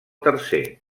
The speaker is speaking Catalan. tercer